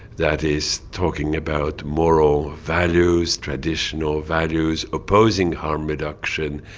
that is talking about moral values, traditional values, opposing harm reduction,